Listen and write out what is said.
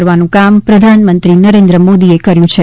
કરવાનું કામ પ્રધાનમંત્રી નરેન્દ્ર મોદીએ કર્યું છે